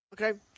Okay